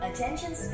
Attention